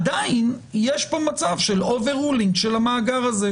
עדיין יש פה מצב של אובר-רולינג של המאגר הזה,